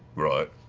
right,